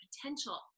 potential